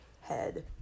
head